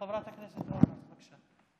חברת הכנסת אורנה, בבקשה.